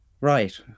Right